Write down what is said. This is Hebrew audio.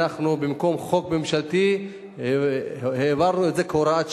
במקום חוק ממשלתי העברנו את זה כהוראת שעה,